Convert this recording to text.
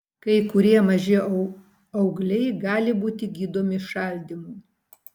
kai kurie maži augliai gali būti gydomi šaldymu